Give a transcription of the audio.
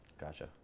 Gotcha